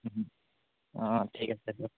অঁ ঠিক আছে দিয়ক